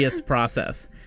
process